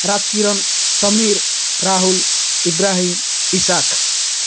Raj Kiran Samir Rahul Ibrahim Ishaq